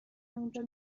اونجا